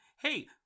Hey